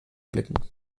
blicken